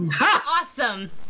Awesome